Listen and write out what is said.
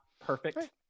perfect